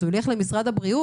אז הוא הולך למשרד הבריאות,